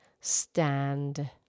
stand